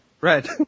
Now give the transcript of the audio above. Red